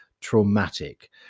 traumatic